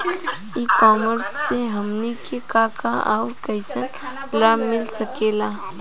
ई कॉमर्स से हमनी के का का अउर कइसन लाभ मिल सकेला?